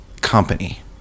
company